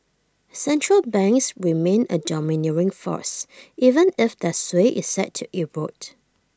central banks remain A domineering force even if their sway is set to erode